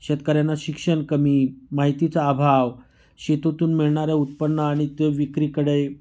शेतकऱ्यांना शिक्षण कमी माहितीचा अभाव शेतातून मिळणाऱ्या उत्पन्न आणि ते विक्रीकडे